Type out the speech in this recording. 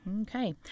Okay